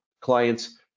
clients